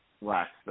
last